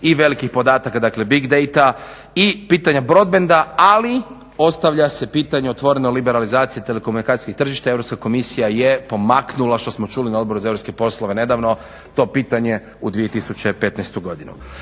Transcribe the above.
i velikih podataka, dakle big date-a i pitanja broadband-a, ali ostavlja se pitanje otvoreno liberalizaciji telekomunikacijskih tržišta, Europska komisija je pomaknula što smo čuli na Odboru za europske poslove nedavno to pitanje u 2015. godinu.